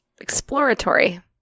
Exploratory